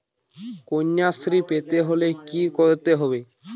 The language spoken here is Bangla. কন্যাশ্রী পেতে হলে কি করতে হবে?